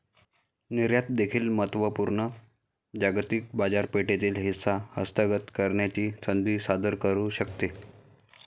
निर्यात देखील महत्त्व पूर्ण जागतिक बाजारपेठेतील हिस्सा हस्तगत करण्याची संधी सादर करू शकते